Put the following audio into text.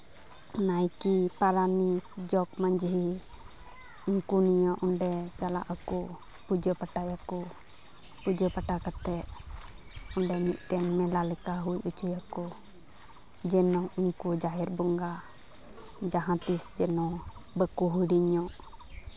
ᱱᱟᱭᱠᱮ ᱯᱟᱨᱟᱱᱤᱠ ᱡᱚᱜᱽ ᱢᱟᱹᱡᱷᱤ ᱩᱱᱠᱩ ᱱᱤᱭᱮ ᱚᱸᱰᱮ ᱪᱟᱞᱟᱜ ᱟᱠᱚ ᱯᱩᱡᱟᱹ ᱯᱟᱭᱟᱭᱟᱠᱚ ᱯᱩᱡᱟᱹ ᱯᱟᱴᱟ ᱠᱟᱛᱮ ᱚᱸᱰᱮ ᱢᱤᱫᱴᱮᱱ ᱢᱮᱞᱟ ᱞᱮᱠᱟ ᱦᱩᱭ ᱦᱚᱪᱚᱭᱟᱠᱚ ᱡᱮᱱᱚ ᱩᱱᱠᱩ ᱡᱟᱦᱮᱨ ᱵᱚᱸᱜᱟ ᱡᱟᱦᱟᱸ ᱛᱤᱸᱥ ᱡᱮᱱᱚ ᱵᱟᱠᱚ ᱦᱤᱲᱤᱧᱚᱜ